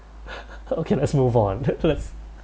okay let's move on let's